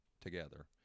together